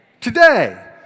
Today